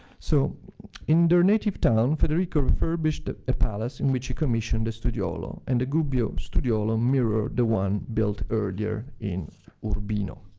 so in their native town, federico refurbished ah a palace in which he commissioned a studiolo. and the gubbio studiolo mirrored the one built earlier in urbino.